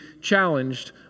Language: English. challenged